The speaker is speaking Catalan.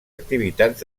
activitats